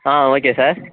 ah okay sir